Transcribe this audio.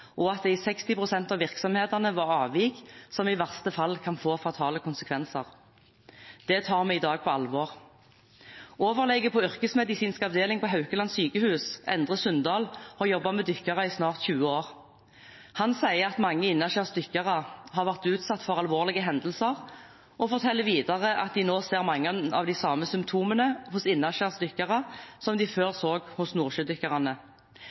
og at det i 60 pst. av virksomhetene var avvik som i verste fall kan få fatale konsekvenser. Det tar vi i dag på alvor. Overlege på yrkesmedisinsk avdeling på Haukeland sykehus Endre Sundal har jobbet med dykkere i snart 20 år. Han sier at mange innaskjærs dykkere har vært utsatt for alvorlige hendelser, og han forteller videre at de nå ser mange av de samme symptomene hos innaskjærs dykkere som de før så hos nordsjødykkerne.